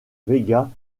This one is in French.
véga